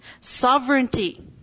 sovereignty